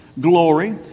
glory